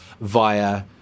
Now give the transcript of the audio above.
via